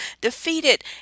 defeated